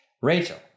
Rachel